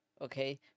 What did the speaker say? Okay